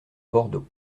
bordeaux